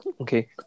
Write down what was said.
okay